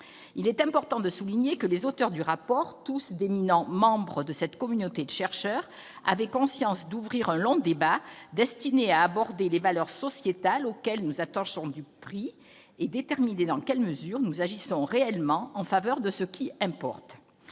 Il est important de le souligner, les auteurs du rapport, tous d'éminents membres de la communauté des chercheurs, avaient conscience d'ouvrir un long débat, destiné à « aborder les valeurs sociétales auxquelles nous attachons du prix et déterminer dans quelle mesure nous agissons réellement en faveur de ce qui importe